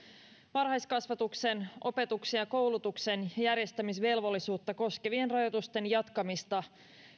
varhaiskasvatuksen opetuksen ja koulutuksen järjestämisvelvollisuutta koskevien rajoitusten jatkamista